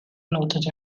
noted